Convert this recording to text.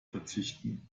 verzichten